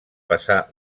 passar